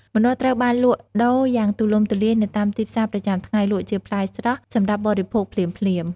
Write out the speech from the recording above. ម្នាស់ត្រូវបានលក់ដូរយ៉ាងទូលំទូលាយនៅតាមទីផ្សារប្រចាំថ្ងៃ លក់ជាផ្លែស្រស់ សម្រាប់បរិភោគភ្លាមៗ។